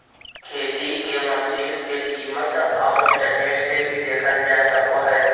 खेती के मशीन के कीमत अब इंटरनेट से भी देखल जा सको हय